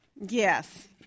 Yes